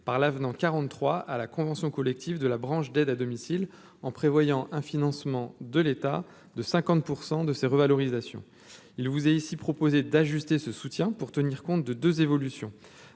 par l'avenant 43 à la convention collective de la branche d'aide à domicile, en prévoyant un financement de l'État de 50 pour 100 de ces revalorisations, il vous est ici proposé d'ajuster ce soutien pour tenir compte de deux évolutions